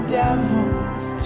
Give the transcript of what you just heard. devil's